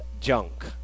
junk